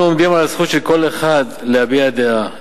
אנחנו עומדים על הזכות של כל אחד להביע דעה,